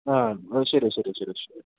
ആ എന്നാൽ ശരി ശരി ശരി ശരി